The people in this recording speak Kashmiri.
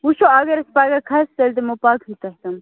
وُچھُو اَگر أسۍ پگاہ کھژٕ تیٚلہِ دِمہو پَگہٕے تۄہہِ تِم